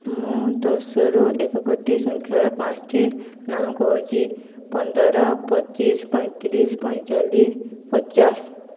ମୁଁ ଦଶରୁ ଏକ କୋଟି ସଂଖ୍ୟା ପାଞ୍ଚ୍ଟି ନାମ କହୁଛି ପନ୍ଦର ପଚିଶ ପଇଁତିରିଶ ପଇଁଚାଳିଶ ପଚାଶ